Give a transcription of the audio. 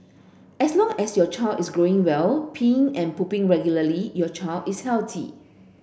as long as your child is growing well peeing and pooing regularly your child is healthy